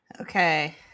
okay